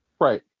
Right